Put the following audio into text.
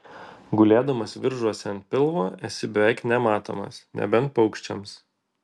gulėdamas viržiuose ant pilvo esi beveik nematomas nebent paukščiams